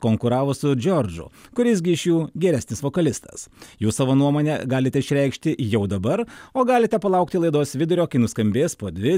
konkuravo su džordžu kuris gi iš jų geresnis vokalistas jūs savo nuomonę galite išreikšti jau dabar o galite palaukti laidos vidurio kai nuskambės po dvi